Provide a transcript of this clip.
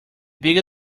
bigger